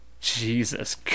Jesus